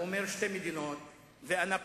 הוא אומר: שתי מדינות ואנאפוליס,